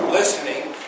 listening